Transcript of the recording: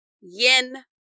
yin